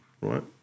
right